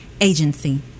Agency